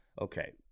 okay